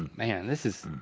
man, this is.